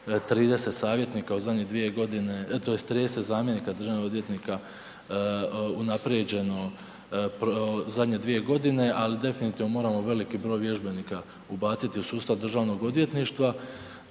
30 zamjenika državnog odvjetnika unaprijeđeno zadnje 2 g. ali definitivno moramo veliki broj vježbenika ubaciti u sustav Državnog odvjetništva,